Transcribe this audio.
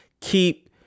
Keep